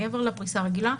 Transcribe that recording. מעבר לפריסה הרגילה,